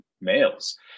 males